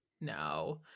No